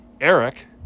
Eric